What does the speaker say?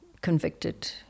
convicted